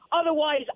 Otherwise